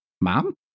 Mom